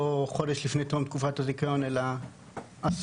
חודש לפני תום תקופת הזיכיון אלא עשור.